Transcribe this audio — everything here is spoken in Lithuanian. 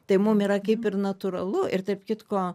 tai mum yra kaip ir natūralu ir tarp kitko